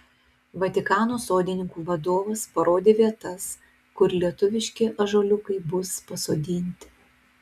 vatikano sodininkų vadovas parodė vietas kur lietuviški ąžuoliukai bus pasodinti